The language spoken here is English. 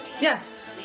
yes